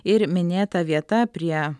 ir minėta vieta prie